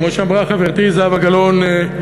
כמו שאמרה חברתי זהבה גלאון,